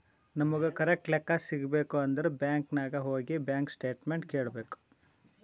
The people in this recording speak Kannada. ನಮುಗ್ ಕರೆಕ್ಟ್ ಲೆಕ್ಕಾ ಸಿಗಬೇಕ್ ಅಂದುರ್ ಬ್ಯಾಂಕ್ ನಾಗ್ ಹೋಗಿ ಬ್ಯಾಂಕ್ ಸ್ಟೇಟ್ಮೆಂಟ್ ಕೇಳ್ಬೇಕ್